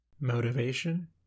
motivation